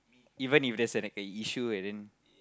even if there's like an issue and then